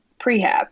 prehab